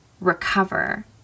recover